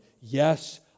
Yes